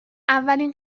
اولین